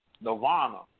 nirvana